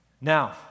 Now